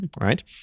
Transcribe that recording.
right